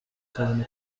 cyane